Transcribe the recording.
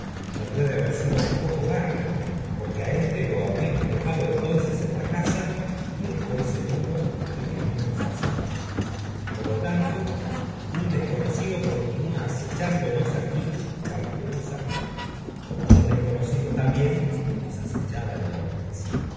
no puede haber sido tampoco barrymore porque á éste lo habíamos dejado entonces en la casa y estoy seguro de que no nos ha seguido por lo tanto un desconocido continúa acechándonos aquí cautelosamente como un desconocido también nos acochaba en londres